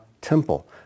temple